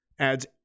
Adds